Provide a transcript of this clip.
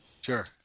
Sure